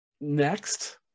Next